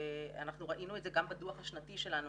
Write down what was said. ואנחנו ראינו את זה גם בדוח השנתי שלנו